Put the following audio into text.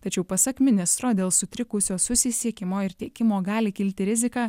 tačiau pasak ministro dėl sutrikusio susisiekimo ir tiekimo gali kilti rizika